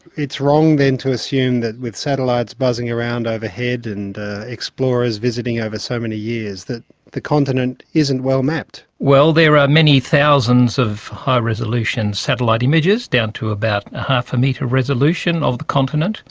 it's wrong, then, to assume that with satellites buzzing around overhead and explorers visiting over so many years that the continent isn't well mapped. well, there are many thousands of high resolution satellite images, down to about half a metre resolution, of the continent.